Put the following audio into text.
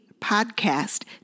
Podcast